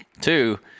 Two